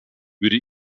würde